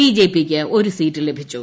ബിജെപിക്ക് ഒരു സീറ്റും ലഭിച്ചു